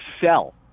sell